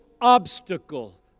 Obstacle